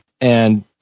and-